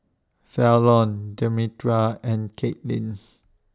Fallon Demetra and Katlin